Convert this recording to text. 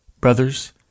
Brothers